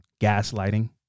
gaslighting